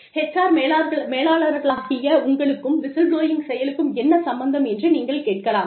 HR மேலாளர்களாகிய உங்களுக்கும் whistleblowing செயலுக்கும் என்ன சம்பந்தம் என்று நீங்கள் கேட்கலாம்